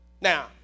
now